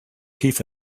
teeth